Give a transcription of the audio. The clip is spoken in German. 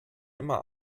immer